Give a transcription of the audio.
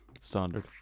standard